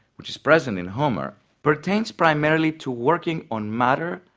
which is present in homer pertains primarily to working on matter,